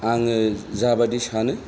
आङो जाबायदि सानो